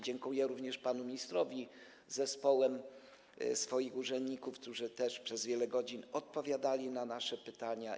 Dziękuję również panu ministrowi z zespołem urzędników, którzy też przez wiele godzin odpowiadali na nasze pytania.